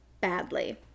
badly